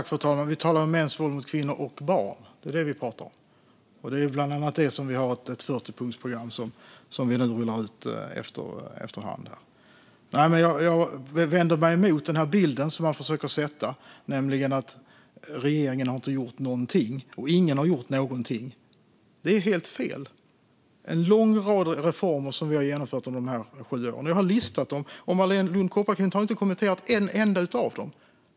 Fru talman! Vi talar och mäns våld mot kvinnor och barn. Det är det som vi pratar om. Det är bland annat det som vi har ett 40-punktsprogram mot som vi nu rullar ut efter hand. Jag vänder mig emot bilden som man försöker sätta, nämligen att regeringen inte har gjort någonting och att ingen har gjort någonting. Det är helt fel. Det är en lång rad reformer som vi har genomfört under de här sju åren. Jag har listat dem, och Marléne Lund Kopparklint har inte kommenterat en enda av dem.